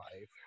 life